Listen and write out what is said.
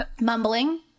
Mumbling